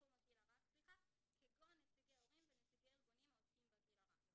הגיל הרך כגון נציגי הורים ונציגי ארגונים העוסקים בגיל הרך.